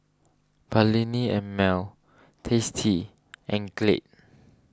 Perllini and Mel Tasty and Glade